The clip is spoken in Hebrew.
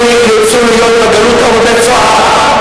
שנאלצו להיות בגלות או בבית-סוהר.